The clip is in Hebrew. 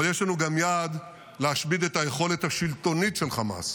אבל יש לנו גם יעד להשמיד את היכולת השלטונית של חמאס,